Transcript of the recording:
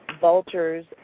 vultures